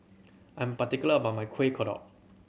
I am particular about my Kueh Kodok